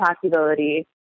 possibility